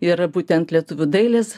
ir būtent lietuvių dailės